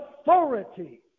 authority